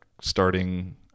starting